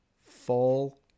fall